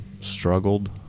struggled